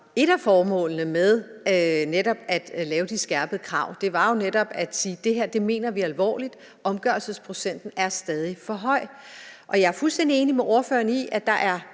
et af formålene med netop at lave de skærpede krav. Det var jo netop at sige, at det her mener vi alvorligt; omgørelsesprocenten er stadig for høj. Jeg er fuldstændig enig med ordføreren i, at der er